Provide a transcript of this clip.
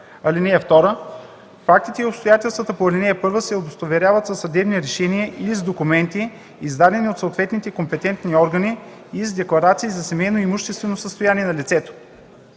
защита. (2) Фактите и обстоятелствата по ал. 1 се удостоверяват със съдебни решения или с документи, издадени от съответните компетентни органи, и с декларация за семейно и имуществено състояние на лицето.”